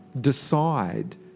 decide